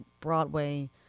Broadway